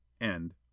End